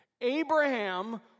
Abraham